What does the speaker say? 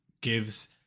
gives